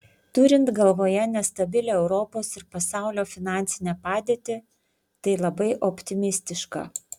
turint galvoje nestabilią europos ir pasaulio finansinę padėtį tai labai optimistiška